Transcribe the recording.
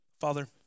Father